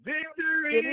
Victory